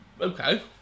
Okay